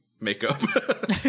makeup